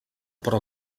però